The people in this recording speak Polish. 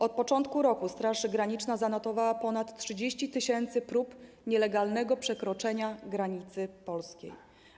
Od początku roku Straż Graniczna zanotowała ponad 30 tys. prób nielegalnego przekroczenia granicy polskiej.